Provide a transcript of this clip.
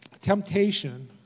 temptation